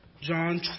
John